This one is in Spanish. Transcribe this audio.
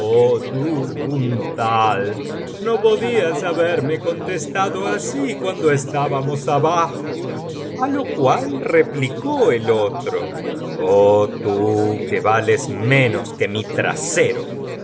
un tal no podías haberme contestado así cuando estábamos abajo a lo cual replicó el biblioteca valenciana generalitat valenciana historia del jorobado otro oh tú que vales menos que mi trasero